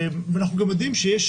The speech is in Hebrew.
ואנחנו יודעים שיש